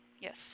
Yes